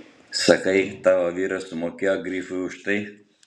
sakai tavo vyras sumokėjo grifui už tai